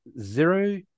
zero